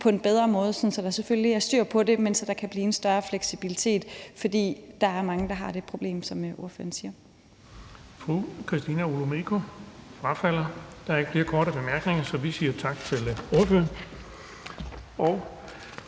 på en bedre måde, så der selvfølgelig er styr på det, men så der kan blive en større fleksibilitet, for der er mange, der har det problem, som ordføreren siger.